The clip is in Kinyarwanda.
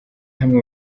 hamwe